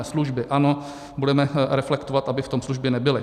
Služby, ano, budeme reflektovat, aby v tom služby nebyly.